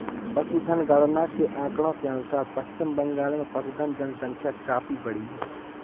पशुधन गणना के आंकड़ों के अनुसार पश्चिम बंगाल में पशुधन जनसंख्या काफी बढ़ी है